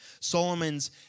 Solomon's